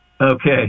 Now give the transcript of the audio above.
Okay